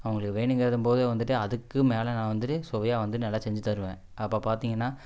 அவங்களுக்கு வேணுங்கிறதம் போதே வந்துட்டு அதுக்கு மேலே நான் வந்துட்டு சுவையா வந்து நல்லா செஞ்சு தருவேன் அப்போ பார்த்தீங்கன்னா